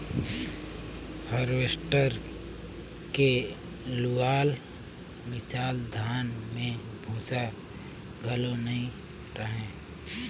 harvester के लुअल मिसल धान में भूसा घलो नई रहें